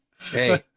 Hey